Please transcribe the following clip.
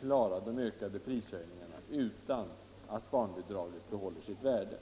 klara de ökade prishöjningarna utan att barnbidraget bibehåller sitt värde.